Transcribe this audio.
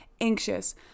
anxious